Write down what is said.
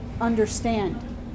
understand